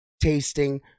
tasting